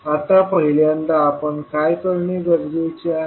आता पहिल्यांदा आपण काय करणे गरजेचे आहे